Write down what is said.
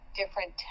different